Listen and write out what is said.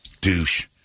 douche